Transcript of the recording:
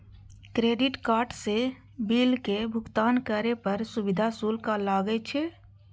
credit card सं बिलक भुगतान करै पर सुविधा शुल्क लागै छै